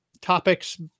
topics